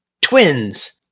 twins